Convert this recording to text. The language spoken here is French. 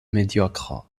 médiocre